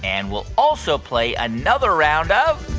and we'll also play another round of.